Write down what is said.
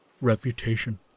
reputation